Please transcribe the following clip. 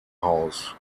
haus